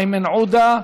איימן עודה,